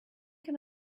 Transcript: can